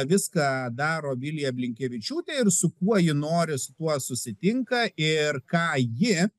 viską daro vilija blinkevičiūtė ir su kuo ji nori su tuo susitinka ir ką ji